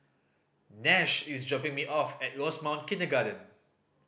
Nash is dropping me off at Rosemount Kindergarten